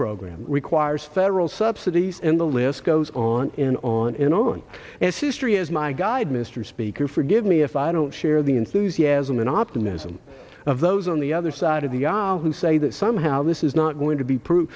program requires federal subsidies and the list goes on in on and on its history as my guide mr speaker forgive me if i don't share the enthusiasm and optimism of those on the other side of the aisle who say that somehow this is not going to be proof